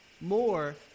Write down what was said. more